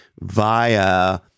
via